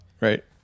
Right